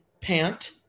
pant